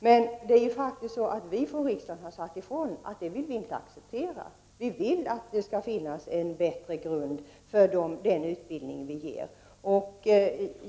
Men vi har från riksdagen sagt ifrån att vi inte vill acceptera detta — vi vill att det skall finnas en bättre grund för den utbildning som ges.